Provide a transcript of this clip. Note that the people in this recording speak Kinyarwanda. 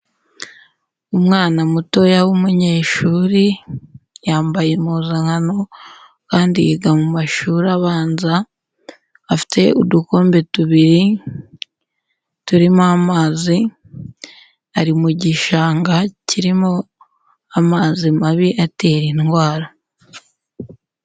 Umwana mutoya w'umunyeshuri, yambaye impuzankano kandi yiga mu mashuri abanza, afite udukombe tubiri turimo amazi, ari mu gishanga kirimo amazi mabi atera indwara.